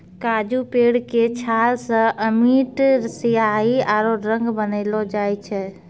काजू पेड़ के छाल सॅ अमिट स्याही आरो रंग बनैलो जाय छै